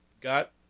Got